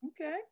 Okay